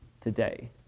today